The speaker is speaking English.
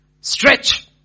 Stretch